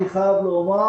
אני חייב לומר